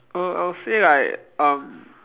err I will say like um